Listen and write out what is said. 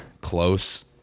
close